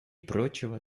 прочего